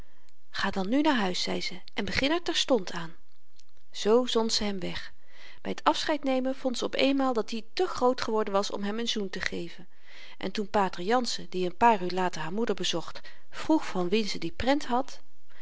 ga dan nu naar huis zei ze en begin er terstond aan zoo zond ze hem weg by t afscheid nemen vond ze op eenmaal dat-i te groot geworden was om hem n zoen te geven en toen pater jansen die n paar uur later haar moeder bezocht vroeg van wien ze die prent had